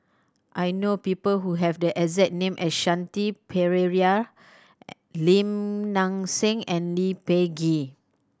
I know people who have the exact name as Shanti Pereira Lim Nang Seng and Lee Peh Gee